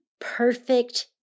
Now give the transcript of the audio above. perfect